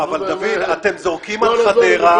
אבל דוד, אתם זורקים על חדרה.